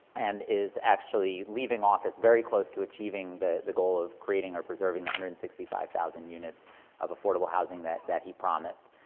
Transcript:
and is actually leaving office very close to achieving the the goal of creating or preserving the one hundred and sixty five thousand units of affordable housing that that he promised.